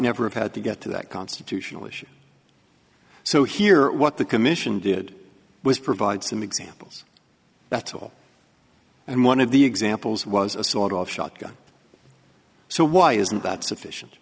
never have had to get to that constitutional issue so here what the commission did was provide some examples that all and one of the examples was a sawed off shotgun so why isn't that sufficient